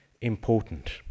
important